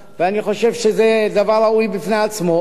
ואני חושב שזה דבר ראוי בפני עצמו.